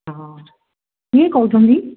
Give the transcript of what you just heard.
କିଏ କହୁଛନ୍ତି